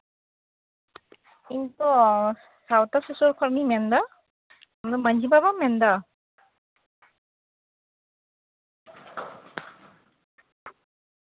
ᱤᱧ ᱛᱚ ᱥᱟᱶᱛᱟ ᱥᱩᱥᱟᱹᱨ ᱠᱷᱚᱱᱤᱧ ᱢᱮᱱᱫᱟ ᱟᱢ ᱢᱟᱺᱡᱷᱤ ᱵᱟᱵᱟᱢ ᱢᱮᱱᱫᱟ